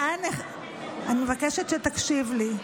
אני מבקשת שתקשיב לי.